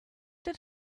did